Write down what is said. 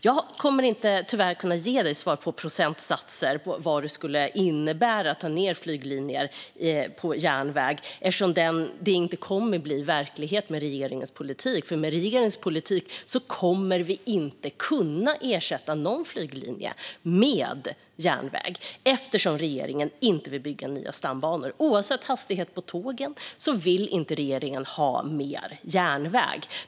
Jag kommer tyvärr inte att kunna ge ledamoten svar om procentsatser när det gäller vad det skulle innebära att ta ned flyglinjer till järnväg, eftersom det inte kommer att bli verklighet med regeringens politik. Med regeringens politik kommer man nämligen inte att kunna ersätta någon flyglinje med järnväg på grund av att regeringen inte vill bygga nya stambanor. Oavsett vilken hastighet det blir på tågen vill regeringen inte ha mer järnväg.